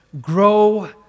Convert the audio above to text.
grow